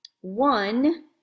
one